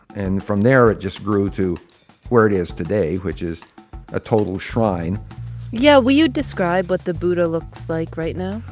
and from there, it just grew to where it is today, which is a total shrine yeah. will you describe what the buddha looks like right now?